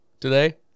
today